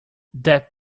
that